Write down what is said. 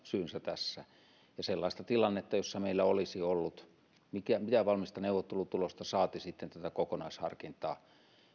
syynsä tässä sellaista tilannetta jossa meillä olisi ollut mitään valmista neuvottelutulosta saati sitten tätä kokonaisharkintaa